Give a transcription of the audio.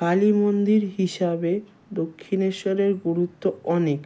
কালী মন্দির হিসাবে দক্ষিণেশ্বরের গুরুত্ব অনেক